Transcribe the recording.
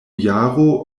jaro